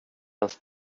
ens